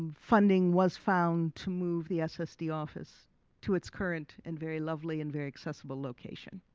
funding was found to move the ssd office to its current and very lovely and very accessible location.